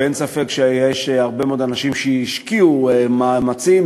ואין ספק שיש הרבה מאוד אנשים שהשקיעו מאמצים,